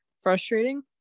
frustrating